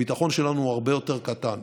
הביטחון שלנו הוא הרבה יותר קטן.